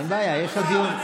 אין בעיה, יש עוד דיון.